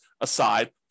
aside